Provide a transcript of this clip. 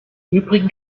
übrigen